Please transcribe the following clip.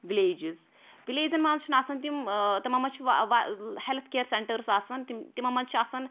villages وِلیجزَن مَنٛز چھِنہٕ آسان تِم ٲں تِمو مَنٛز چھِ ہیٚلتھ کیر سیٚنٹرٕز آسان تِم تمو مَنٛز چھِ آسان